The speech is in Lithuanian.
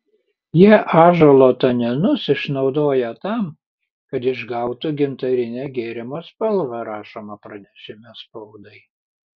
jie ąžuolo taninus išnaudoja tam kad išgautų gintarinę gėrimo spalvą rašoma pranešime spaudai